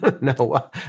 No